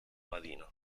marina